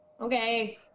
Okay